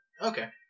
Okay